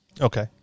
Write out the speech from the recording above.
okay